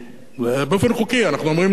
באופן חוקי אנחנו אומרים לאנשים: